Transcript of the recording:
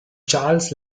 charles